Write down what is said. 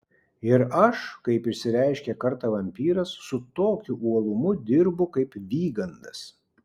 ir aš kaip išsireiškė kartą vampyras su tokiu uolumu dirbu kaip vygandas